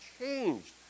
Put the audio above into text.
changed